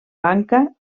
banca